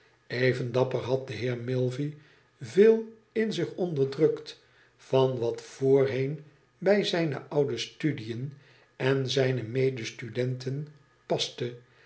even dapper had de heer milvey veel in zich onderdrukt van wat voorheen bij zijne oude studiën en zijne medestudenten paste